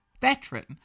veteran